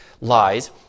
lies